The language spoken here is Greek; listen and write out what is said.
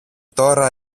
τώρα